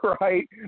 right